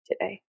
today